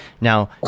Now